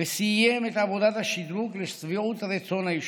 וסיים את עבודת השדרוג לשביעות רצון היישוב.